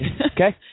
Okay